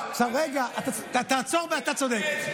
לא, ולנו, רגע, תעצור ב"אתה צודק".